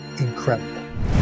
incredible